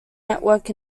network